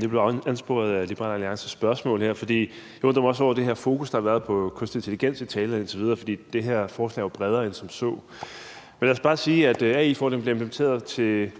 Det blev ansporet af Liberal Alliances spørgsmål her, for jeg undrer mig også over det fokus, der i talerne indtil videre har været på kunstig intelligens. For det her forslag er jo bredere end som så. Men lad os bare sige, at AI-forordningen bliver implementeret til